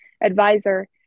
advisor